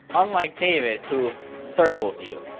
unlike david who circles you.